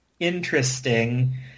Interesting